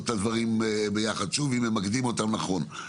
את הדברים ביחד אם ממקדים אותם נכון.